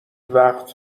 وقت